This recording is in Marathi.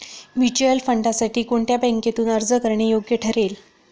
म्युच्युअल फंडांसाठी कोणत्या बँकेतून अर्ज करणे योग्य ठरेल?